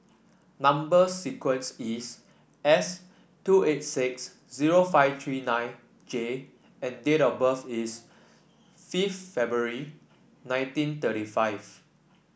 number sequence is S two eight six zero five three nine J and date of birth is fifth February nineteen thirty five